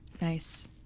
Nice